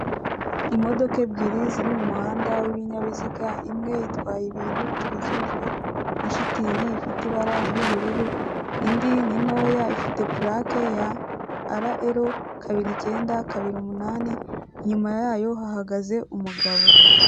Imodoka ebyiri ziri mu muhanda w'ibinyabiziga, imwe itwaye ibintu bitwikirijwe na shitingi ifite ibara ry'ubururu. Indi ni ntoya ifite purake ya RL kabiri, icyenda, kabiri, umunani. Inyuma yayo hahagaze umugabo.